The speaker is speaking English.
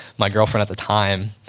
my girlfriend at the time,